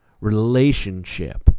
relationship